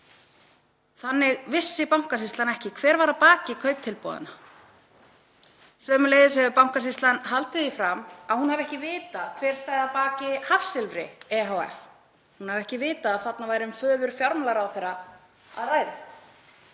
Þannig vissi Bankasýslan ekki hver var að baki kauptilboðunum. Sömuleiðis hefur Bankasýslan haldið því fram að hún hafi ekki vitað hver stæði að baki Hafsilfri ehf., hún hafi ekki vitað að þarna væri um föður fjármálaráðherra að ræða.